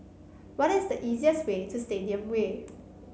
what is the easiest way to Stadium Way